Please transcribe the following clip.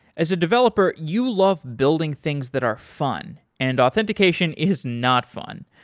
as a developer, you love building things that are fun, and authentication is not fun.